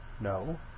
No